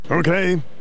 Okay